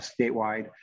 statewide